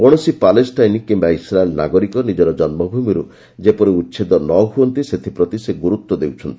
କୌଣସି ପାଲେଷ୍ଟାଇନ୍ କିମ୍ବା ଇସ୍ରାଏଲ୍ ନାଗରିକ ନିଜର ଜନ୍ମଭୂମିରୁ ଯେପରି ଉଚ୍ଛେଦ ନ ହୁଅନ୍ତି ସେଥିପ୍ରତି ସେ ଗୁରୁତ୍ୱ ଦେଉଛନ୍ତି